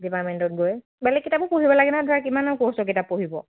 ডিপাৰ্টেণ্টত গৈ বেলেগ কিতাপো পঢ়িব লাগে নহয় ধৰা কিমান আৰু কোৰ্চৰ কিতাপ পঢ়িব